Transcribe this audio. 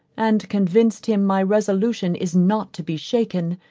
and convinced him my resolution is not to be shaken,